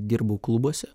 dirbau klubuose